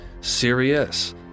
serious